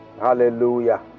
Hallelujah